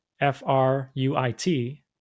F-R-U-I-T